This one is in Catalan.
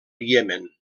iemen